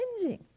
changing